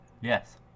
Yes